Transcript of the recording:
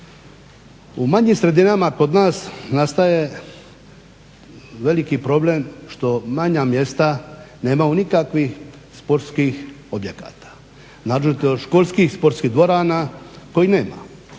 U manjim sredinama kod nas nastaje veliki problem što manja mjesta nemaju nikakvih sportskih objekata, naročito školskih sportskih dvorana kojih nema.